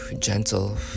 gentle